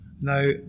Now